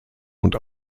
und